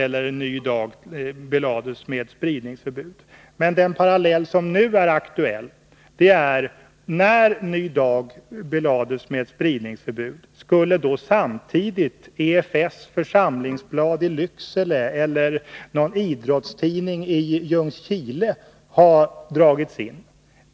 eller Ny Dag belades med spridningsförbud. Men den parallell som nu är aktuell är denna: När Ny Dag belades med spridningsförbud, förbjöds Mve samtidigt EFS församlingsblad i Lycksele och en lokal idrottstidning i Ljungskile.